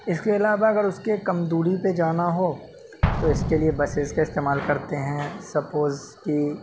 اس کے علاوہ اگر اس کے کم دوری پہ جانا ہو تو اس کے لیے بسز کا استعمال کرتے ہیں سپوز کہ